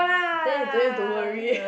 then you don't need to worry